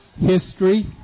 History